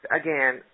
again